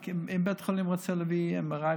כי אם בית חולים רוצה להביא MRI,